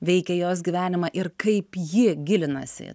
veikia jos gyvenimą ir kaip ji gilinasi